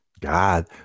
God